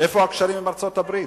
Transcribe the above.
איפה הקשרים עם ארצות-הברית?